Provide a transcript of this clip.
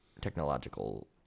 technological